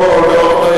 לא, לא יודע.